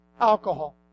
Alcohol